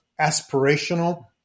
aspirational